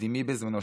תקדימי בזמנו,